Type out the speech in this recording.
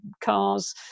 cars